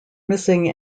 missing